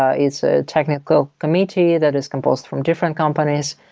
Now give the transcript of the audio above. ah it's a technical committee that is composed from different companies.